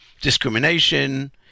discrimination